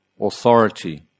authority